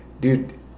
dude